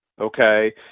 okay